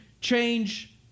change